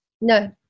No